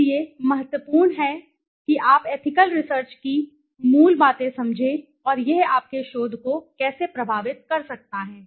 इसलिए महत्वपूर्ण है कि आप एथिकल रिसर्च की मूल बातें समझें और यह आपके शोध को कैसे प्रभावित कर सकता है